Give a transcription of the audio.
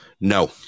No